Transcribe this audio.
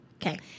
Okay